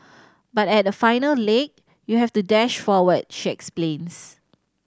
but at the final leg you have to dash forward she explains